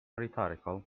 rhetorical